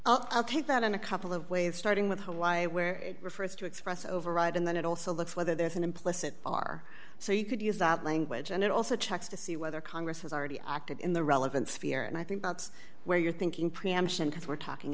preemption i'll take that in a couple of ways starting with hawaii where it refers to express override and then it also looks whether there's an implicit are so you could use that language and it also checks to see whether congress has already acted in the relevant sphere and i think that's where you're thinking preemption because we're talking